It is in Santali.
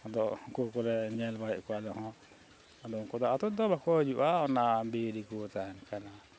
ᱟᱫᱚ ᱩᱱᱠᱩ ᱠᱚᱨᱮ ᱧᱮᱞ ᱵᱟᱲᱟᱭᱮᱫ ᱠᱚᱣᱟ ᱟᱞᱮᱦᱚᱸ ᱟᱫᱚ ᱩᱱᱠᱩ ᱫᱚ ᱟᱛᱳ ᱫᱚ ᱵᱟᱠᱚ ᱦᱤᱡᱩᱜᱼᱟ ᱚᱱᱟ ᱵᱤᱨ ᱨᱮᱠᱚ ᱛᱟᱦᱮᱱ ᱠᱟᱱᱟ